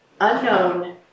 unknown